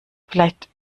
vielleicht